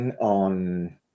on